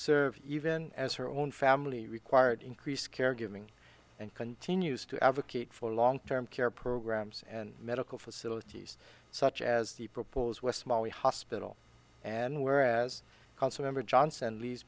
serve even as her own family required increased caregiving and continues to advocate for long term care programs and medical facilities such as the proposed west molly hospital and whereas council member johnson leaves